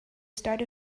start